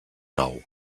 nou